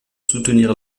soutenir